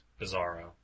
Bizarro